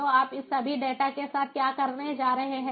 तो आप इस सभी डेटा के साथ क्या करने जा रहे हैं